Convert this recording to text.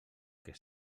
que